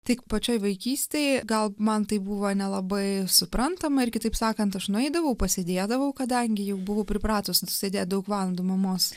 tik pačioj vaikystėj gal man tai buvo nelabai suprantama ir kitaip sakant aš nueidavau pasėdėdavau kadangi jau buvau pripratus sėdėt daug valandų mamos